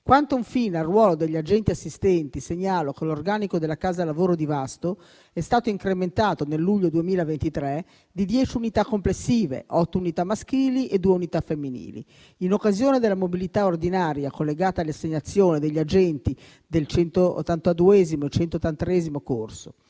Quanto, infine, al ruolo degli agenti assistenti, segnalo che l'organico della casa di lavoro di Vasto è stato incrementato nel luglio 2023 di 10 unità complessive (otto unità maschili e due unità femminili) in occasione della mobilità ordinaria collegata alle assegnazioni degli agenti del 182° e 183° corso.